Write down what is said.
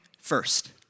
first